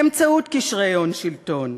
באמצעות קשרי הון-שלטון.